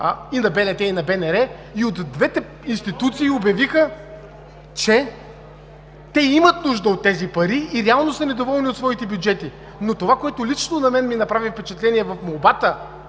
и на БНТ, и на БНР, и от двете институции обявиха, че имат нужда от тези пари и реално са недоволни от своите бюджети. Но това, което лично на мен ми направи впечатление в молбата